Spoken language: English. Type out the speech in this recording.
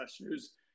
news